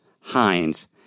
Hines